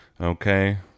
Okay